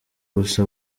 gusa